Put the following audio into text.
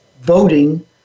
voting